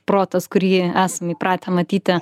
protas kurį esam įpratę matyti